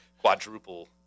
quadruple